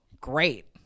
great